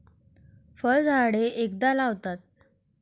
फळझाडे एकदा लावतात